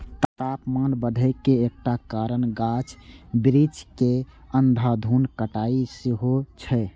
तापमान बढ़े के एकटा कारण गाछ बिरिछ के अंधाधुंध कटाइ सेहो छै